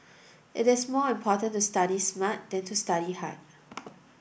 it is more important to study smart than to study hard